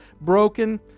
broken